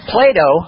Plato